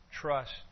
trust